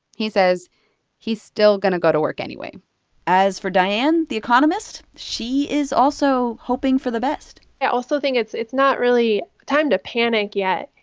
he says he's still going to go to work anyway as for diane, the economist, she is also hoping for the best i also think it's it's not really time to panic yet.